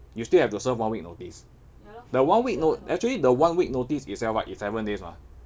you still have to serve one week notice the one week no~ actually the one week notice itself right is seven days mah